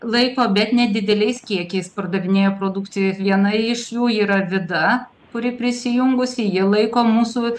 laiko bet nedideliais kiekiais pardavinėja produkciją viena iš jų yra vida kuri prisijungusi jie laiko mūsų